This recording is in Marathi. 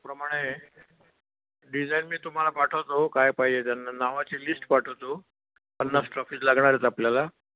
प्रमाणे डिझाईन मी तुम्हाला पाठवतो काय पाहिजे त्यांना नावाची लिस्ट पाठवतो पन्नास ट्रॉफीज लागणार आहेत आपल्याला